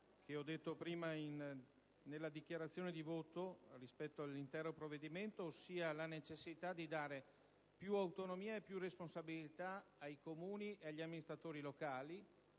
ho già detto prima in dichiarazione di voto rispetto all'intero provvedimento - la necessità di dare più autonomia e responsabilità ai Comuni e agli amministratori locali,